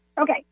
Okay